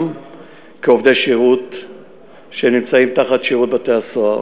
כעובדי שירות שנמצאים תחת שירות בתי-הסוהר.